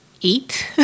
eat